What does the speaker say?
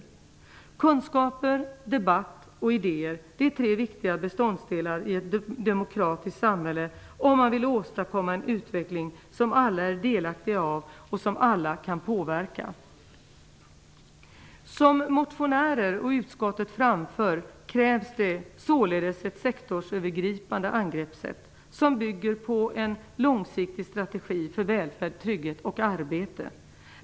Kunskaper, debatt och idéer är tre viktiga beståndsdelar i ett demokratiskt samhälle om man vill åstadkomma en utveckling som alla är delaktiga i och som alla kan påverka. Som motionärer och utskottet framför krävs det således ett sektorsövergripande angreppssätt som bygger på en långsiktig strategi för välfärd, trygghet och arbete.